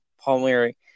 Palmieri